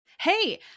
Hey